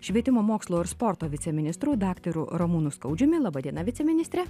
švietimo mokslo ir sporto viceministru daktaru ramūnu skaudžiumi laba diena viceministre